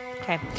Okay